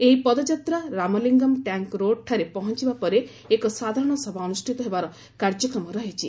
ଏହି ପଦଯାତ୍ରା ରାମଲିଙ୍ଗମ ଟ୍ୟାଙ୍କ ରୋଡ୍ଠାରେ ପହଞିବା ପରେ 'ଏକ ସାଧାରଣ ସଭା ଅନୁଷିତ ହେବାର କାର୍ଯ୍ୟକ୍ରମ ରହିଛି